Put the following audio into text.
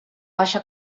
baixa